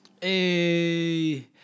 Hey